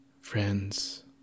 Friends